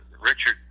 Richard